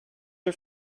are